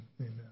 amen